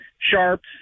Sharps